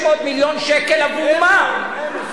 600 מיליון שקל עבור מה?